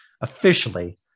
officially